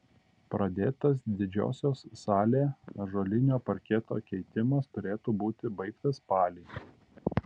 pradėtas didžiosios salė ąžuolinio parketo keitimas turėtų būti baigtas spalį